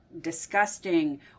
disgusting